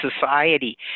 society